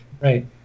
Right